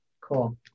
Cool